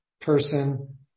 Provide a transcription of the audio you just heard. person